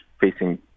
facing